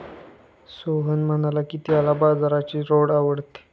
सोहन म्हणाला की, त्याला बाजरीची रोटी आवडते